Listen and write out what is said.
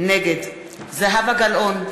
נגד זהבה גלאון,